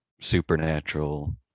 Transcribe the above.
supernatural